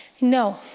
no